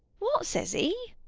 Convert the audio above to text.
what says he?